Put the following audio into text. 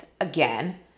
again